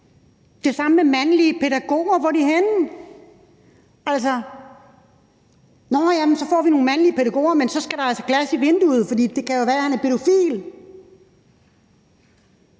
det samme med mandlige pædagoger. Hvor er de henne? Nå, ja, så får vi nogle mandlige pædagoger, men så skal der altså glas i vinduet, for det kan jo være, at han er pædofil.